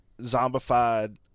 zombified